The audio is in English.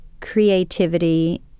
creativity